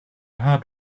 had